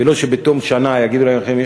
ולא שבתום שנה יגידו להם: חבר'ה,